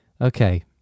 Okay